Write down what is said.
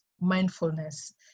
mindfulness